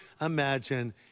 imagine